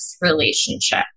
relationship